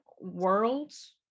worlds